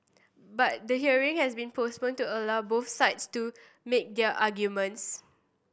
but the hearing has been postponed to allow both sides to make their arguments